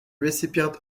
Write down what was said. recipient